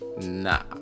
nah